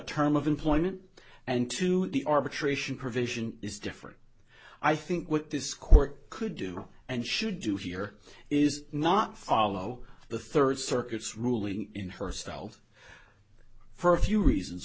term of employment and two the arbitration provision is different i think what this court could do and should do here is not follow the third circuit's ruling in herself for a few reasons